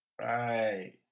Right